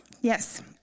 Yes